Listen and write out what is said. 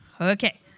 Okay